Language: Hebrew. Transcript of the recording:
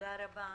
תודה רבה.